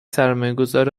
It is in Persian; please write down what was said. سرمایهگذار